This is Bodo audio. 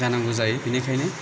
जानांगौ जायो बेनिखायनो